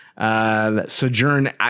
Sojourn